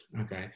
Okay